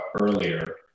earlier